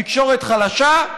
תקשורת חלשה,